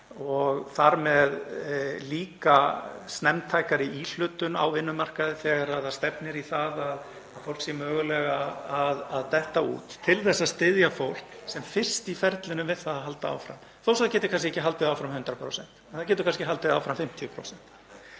og þar með líka snemmtækrar íhlutunar á vinnumarkaði þegar stefnir í að fólk sé mögulega að detta út, til að styðja fólk sem fyrst í ferlinu við það að halda áfram. Þó svo það geti kannski ekki haldið áfram 100% getur það kannski haldið áfram 50%.